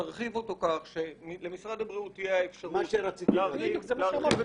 תרחיב אותו כך שלמשרד הבריאות תהיה אפשרות להרחיב את